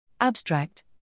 Abstract